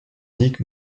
nick